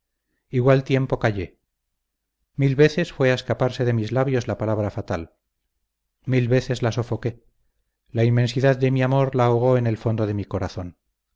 igual tiempo callé mil veces fue a escaparse de mis labios la palabra fatal mil veces la sofoqué la inmensidad de mi amor la ahogó en el fondo de mi corazón